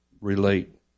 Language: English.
relate